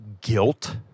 guilt